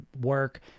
work